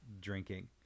drinking